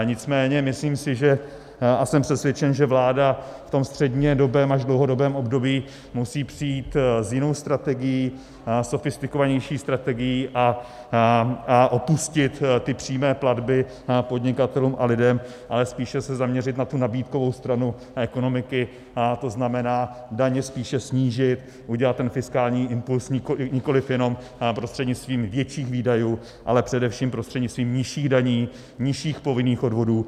Nicméně si myslím a jsem přesvědčen, že vláda v tom střednědobém až dlouhodobém období musí přijít s jinou strategií, sofistikovanější strategií, a opustit ty přímé platby podnikatelům a lidem, ale spíše se zaměřit na nabídkovou stranu ekonomiky, to znamená, daně spíše snížit, udělat ten fiskální impuls nikoliv jenom prostřednictvím větších výdajů, ale především prostřednictvím nižších daní, nižších povinných odvodů.